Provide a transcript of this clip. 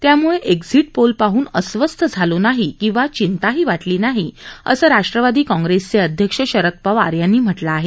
त्याम्ळे exit poll पाहन अस्वस्थ झालो नाही किंवा चिंताही वाटली नाही असं राष्ट्रवादी काँग्रेसचे अध्यक्ष शरद पवार यांनी म्हटलं आहे